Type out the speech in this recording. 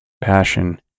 passion